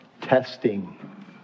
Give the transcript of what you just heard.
testing